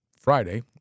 Friday